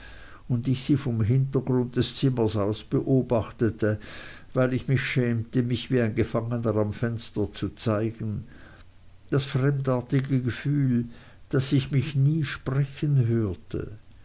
und ich sie vom hintergrund des zimmers aus beobachtete weil ich mich schämte mich wie ein gefangener am fenster zu zeigen das fremdartige gefühl daß ich mich nie sprechen hörte